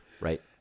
Right